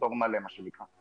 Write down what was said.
פטור מלא מה שנקרא.